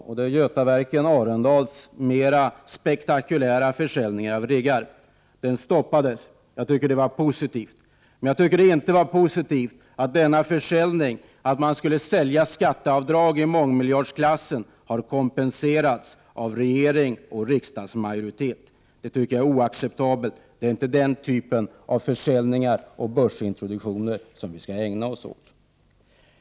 Det är Götaverken Arendals mera spektakulära försäljning av riggar. Den stoppades. Jag tycker det var positivt. Men jag tycker inte att det var positivt att man vid denna försäljning skulle sälja skatteavdrag i mångmiljardklassen. Att regering och riksdagsmajoritet skulle kompensera för uteblivna skatteavdrag tycker jag är oacceptabelt. Det är inte den typen av försäljning och börsintroduktioner vi skall ägna oss åt.